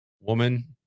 woman